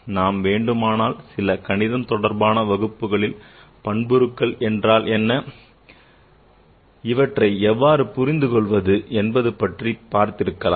நாம் வேண்டுமானால் சில கணிதம் தொடர்பான வகுப்புகளில் பண்புருக்கள் என்றால் என்ன இவற்றை எவ்வாறு புரிந்து கொள்வது என்பது பற்றி பார்க்கலாம்